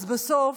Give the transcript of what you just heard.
אז בסוף,